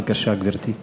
בבקשה, גברתי.